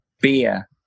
beer